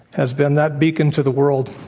has been that beacon to the world.